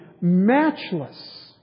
matchless